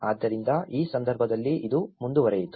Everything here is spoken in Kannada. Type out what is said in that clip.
ಆದ್ದರಿಂದ ಈ ಸಂದರ್ಭದಲ್ಲಿ ಇದು ಮುಂದುವರೆಯಿತು